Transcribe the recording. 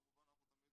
כמובן אנחנו תמיד